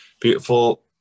beautiful